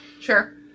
sure